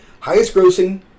Highest-grossing